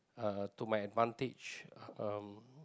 uh to my advantage uh um